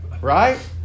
right